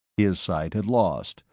his side had lost,